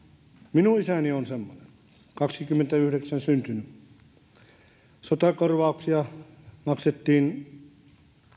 minun isäni on semmoinen kaksikymmentäyhdeksän syntynyt sotakorvauksia maksettiin